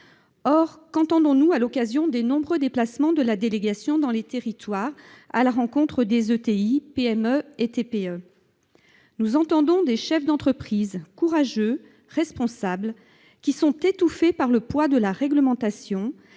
Or qu'entendons-nous à l'occasion des nombreux déplacements de la délégation dans les territoires à la rencontre des ETI, PME et TPE ? Nous entendons des chefs d'entreprise courageux, responsables, qui sont étouffés par le poids de la réglementation,